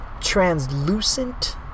translucent